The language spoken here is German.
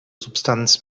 substanz